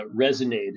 resonated